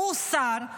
הוא שר,